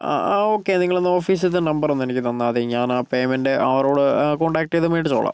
ആ ഓക്കേ നിങ്ങളെന്നാൽ ഓഫീസിത്തെ നമ്പറൊന്ന് എനിയ്ക്കു തന്നാൽ മതി ഞാൻ ആ പേയ്മെന്റ് അവരോട് കോണ്ടാക്ട് ചെയ്തു മേടിച്ചോളാം